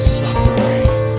suffering